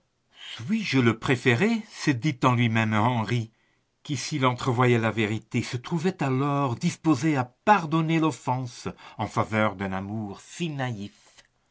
claire suis-je le préféré se dit en lui-même henri qui s'il entrevoyait la vérité se trouvait alors disposé à pardonner l'offense en faveur d'un amour si naïf